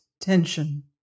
tension